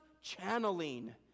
channeling